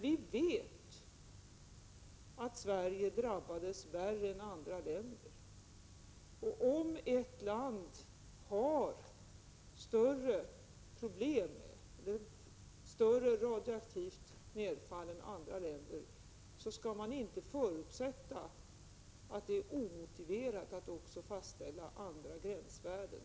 Vi vet att Sverige drabbades värre än andra länder. Om det radioaktiva nedfallet över ett land är större än i andra länder, skall man inte förutsätta att det är omotiverat att fastställa olika gränsvärden.